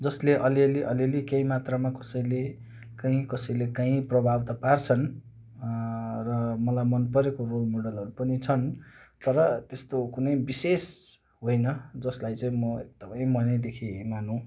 जसले अलिअलि अलिअलि केही मात्रामा कसैले काहीँ कसैले काहीँ प्रभाव त पार्छन् र मलाई मनपरेको रोल मोडलहरू पनि छन् तर त्यस्तो कुनै विशेष होइन जसलाई चाहिँ म एकदमै मनैदेखि मानौँ